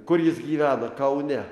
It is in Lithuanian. kur jis gyvena kaune